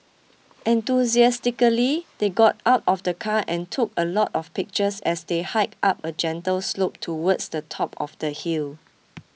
enthusiastically they got out of the car and took a lot of pictures as they hiked up a gentle slope towards the top of the hill